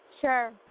Sure